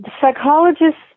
psychologists